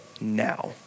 now